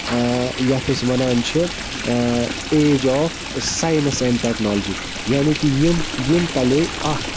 یتھ أسۍ وَنان چھِ age of science and technology یعنے کہِ یِم یِم پَلے اتھ